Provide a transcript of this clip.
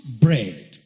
bread